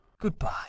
Goodbye